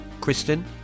Kristen